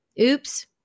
oops